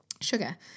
sugar